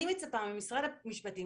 אני מצפה ממשרד המשפטים,